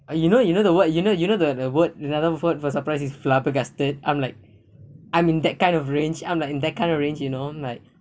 uh you know you know the word you know you know the the word another word for for surprise is flabbergasted I'm like I'm in that kind of range I'm like in that kind of range you know I'm like